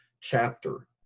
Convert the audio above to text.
chapter